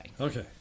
Okay